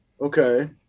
Okay